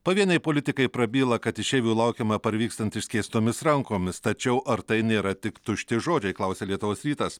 pavieniai politikai prabyla kad išeivių laukiama parvykstant išskėstomis rankomis tačiau ar tai nėra tik tušti žodžiai klausia lietuvos rytas